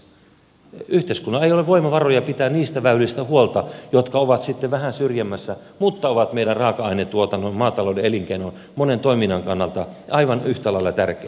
yhteiskunnalla ei ole voimavaroja pitää huolta niistä väylistä jotka ovat sitten vähän syrjemmässä mutta ovat meidän raaka ainetuotannon maatalouden elinkeinon monen toiminnan kannalta aivan yhtä lailla tärkeitä